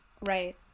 Right